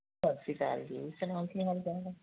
ਸਤਿ ਸ਼੍ਰੀ ਅਕਾਲ ਜੀ ਸੁਣਾਓ ਕੀ ਹਾਲ ਚਾਲ ਹੈ